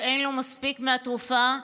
שאין לו מספיק מהתרופה,